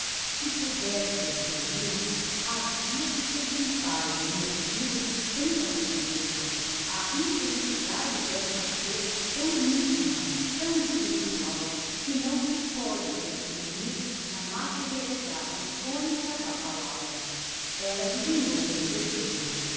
se podesse desferil o havia de perguntar-lhe o motivo de tanta tristeza a intensidade d'essa dôr tão intima tão espiritual que se não póde exprimir na materialidade phonica da palavra ella adivinhou o meu desejo